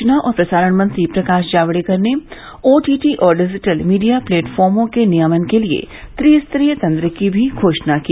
सुचना और प्रसारण मंत्री प्रकाश जावड़ेकर ने ओटीटी और डिजिटल मीडिया प्लेटफार्मों के नियमन के लिए त्रिस्तरीय तंत्र की भी घोषणा की